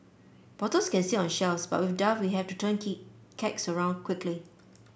bottles can sit on shelves but with we have to turn key kegs around quickly